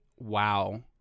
Wow